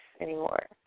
anymore